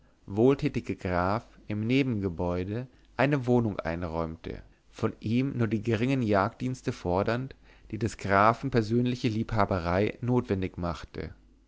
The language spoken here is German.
wohltätige graf im nebengebäude eine wohnung einräumte von ihm nur die geringen jagddienste fordernd die des grafen persönliche liebhaberei notwendig machte